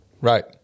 Right